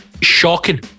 shocking